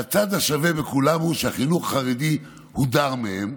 שהצד השווה בכולם הוא שהחינוך החרדי הודר מהם,